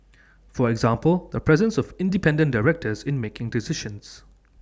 for example the presence of independent directors in making decisions